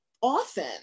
often